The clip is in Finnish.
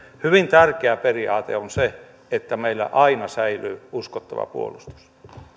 hyvin tärkeä periaate on se että meillä aina säilyy uskottava puolustus